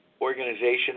organization